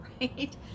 right